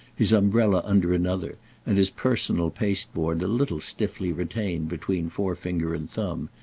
his umbrella under another and his personal pasteboard a little stiffly retained between forefinger and thumb,